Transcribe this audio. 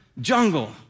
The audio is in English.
jungle